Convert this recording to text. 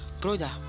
brother